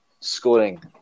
scoring